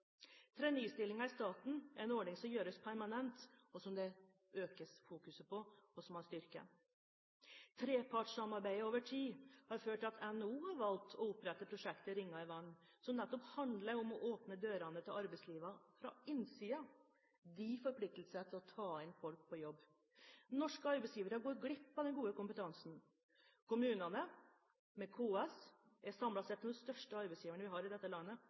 Trainee-stillinger i staten er en ordning som gjøres permanent, som fokus økes på, og som styrkes. Trepartssamarbeidet over tid har ført til at NHO har valgt å opprette prosjekter Ringer i vannet, som nettopp handler om å åpne dørene til arbeidslivet fra innsiden. De forplikter seg til å ta inn folk i jobb. Norske arbeidsgivere går glipp av den gode kompetansen. Kommunene, med KS, er samlet sett den største arbeidsgiveren vi har i dette landet.